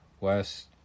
West